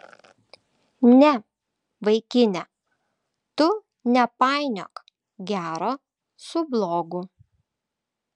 ne vaikine tu nepainiok gero su blogu